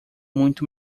muito